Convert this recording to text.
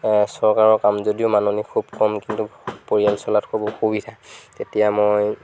চৰকাৰৰ কাম যদিও মাননি খুব কম কিন্তু পৰিয়াল চলাত খুব অসুবিধা তেতিয়া মই